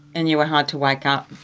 and you were hard to wake up.